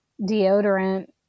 deodorant